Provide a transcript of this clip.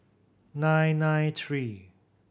nine nine three